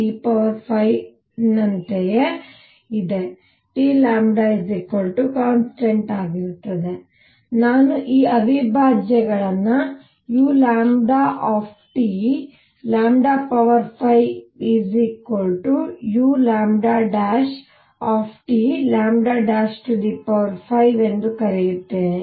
ಯುನಂತೆಯೇ ಇದೆ Tಕಾನ್ಸ್ಟಂಟ್ ಆಗಿರುತ್ತದೆ ನಾನು ಈ ಅವಿಭಾಜ್ಯಗಳನ್ನು u5uT' 5 ಎಂದು ಕರೆಯುತ್ತೇನೆ